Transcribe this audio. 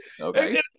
Okay